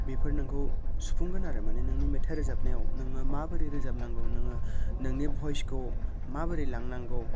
बेफोर नोंखौ सुफुंगोन आरो माने नोंनि मेथाइ रोजाबनायाव नोङो माबोरै रोजाबनांगौ नोङो नोंनि भइसखौ माबोरै लांनांगौ